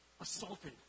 assaulted